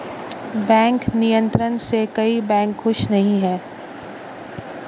bank नियंत्रण से कई बैंक खुश नही हैं